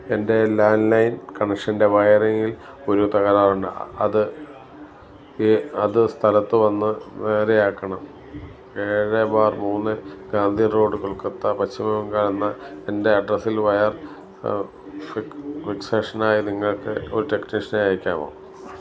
എൻ്റെ ലാൻഡ്ലൈൻ കണക്ഷൻ്റെ വയറിംഗിൽ ഒരു തകരാറുണ്ട് അത് ഈ അത് സ്ഥലത്ത് വന്നു നേരെയാക്കണം ഏഴ് ബാർ മൂന്ന് ഗാന്ധി റോഡ് കൊൽക്കത്ത പശ്ചിമ ബംഗാൾ എന്ന എൻ്റെ അഡ്രസ്സിൽ വയർ ഫിക്സേഷനായി നിങ്ങൾക്ക് ഒരു ടെക്നീഷ്യനെ അയയ്ക്കാമോ